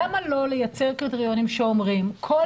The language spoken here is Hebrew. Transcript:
למה לא לייצר קריטריונים שאומרים: כל